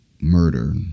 murder